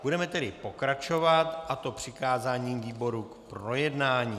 Budeme tedy pokračovat, a to přikázáním výboru k projednání.